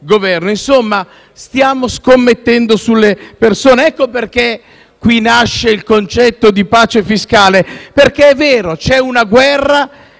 Insomma, stiamo scommettendo sulle persone. E' qui che nasce il concetto di pace fiscale. È vero, c'è una guerra